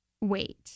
Wait